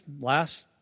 Last